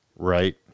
Right